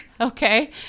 okay